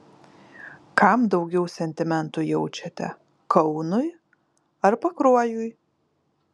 kam daugiau sentimentų jaučiate kaunui ar pakruojui